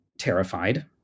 terrified